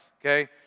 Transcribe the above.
okay